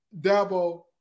Dabo